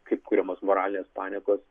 kaip kuriamos moralės paniekos